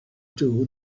too